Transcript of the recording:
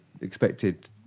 expected